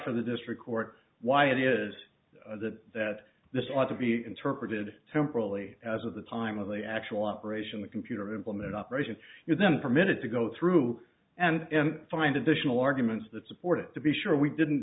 for the district court why it is that that this ought to be interpreted temporally as of the time of the actual operation the computer implemented operation you then permitted to go through and find additional arguments that support it to be sure we didn't